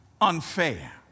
unfair